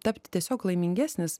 tapti tiesiog laimingesnis